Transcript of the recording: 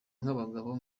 nk’abagabo